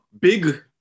big